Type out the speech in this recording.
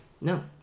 No